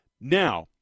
Now